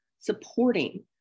supporting